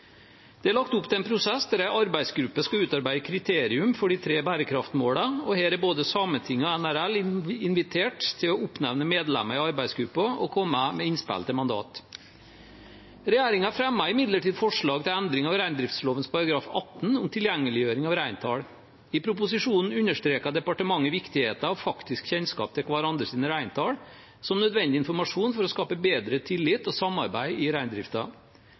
Det er lagt opp til en prosess der en arbeidsgruppe skal utarbeide kriterier for de tre bærekraftsmålene, og her er både Sametinget og NRL invitert til å oppnevne medlemmer i arbeidsgruppen og komme med innspill til mandat. Regjeringen fremmet imidlertid forslag til endring av reindriftsloven § 18 om tilgjengeliggjøring av reintall. I proposisjonen understreker departementet viktigheten av faktisk kjennskap til hverandres reintall, det er nødvendig informasjon for å skape bedre tillit og samarbeid i